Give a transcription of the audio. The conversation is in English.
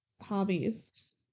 hobbies